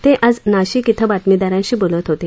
ते आज नाशिक इथं बातमीदारांशी बोलत होते